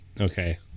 Okay